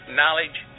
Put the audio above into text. knowledge